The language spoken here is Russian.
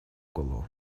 голову